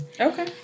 okay